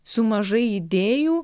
su mažai idėjų